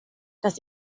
das